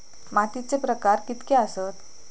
मातीचे प्रकार कितके आसत?